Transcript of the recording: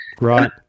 Right